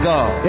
God